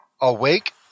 awake